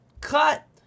Cut